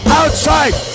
outside